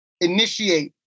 initiate